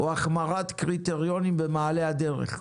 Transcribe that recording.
או החמרת קריטריונים במעלה הדרך.